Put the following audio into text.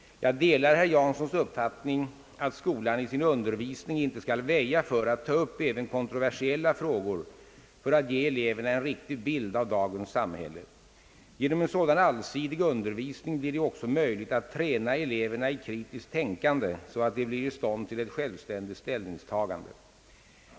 Jag delar herr Janssons uppfattning att skolan i sin undervisning inte skall väja för att ta upp även kontroversiella frågor för att ge eleverna en riktig bild av dagens samhälle. Genom en sådan allsidig undervisning blir det också möjligt att träna eleverna i kritiskt tänkande så att de blir i stånd till ett självständigt ställningstagande.